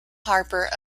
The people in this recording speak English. harper